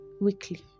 weekly